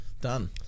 Done